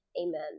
Amen